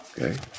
Okay